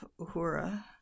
Uhura